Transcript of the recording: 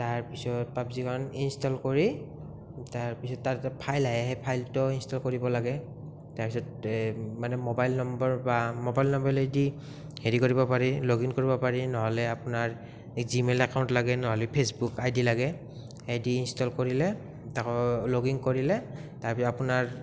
তাৰ পাছত পাব্জীখন ইনষ্টল কৰি তাৰ পিছত তাত এটা ফাইল আহে সেই ফাইলটো ইনষ্টল কৰিব লাগে তাৰ পিছত মানে মবাইল নম্বৰ বা মবাইল নম্বৰেদি হেৰি কৰিব পাৰি লগ ইন কৰিব পাৰি নহ'লে আপোনাৰ জি মেইল একাউণ্ট লাগে নহ'লে ফেচবুক আই ডি লাগে সেই দি ইনষ্টল কৰিলে তাকো লগ ইন কৰিলে আপোনাৰ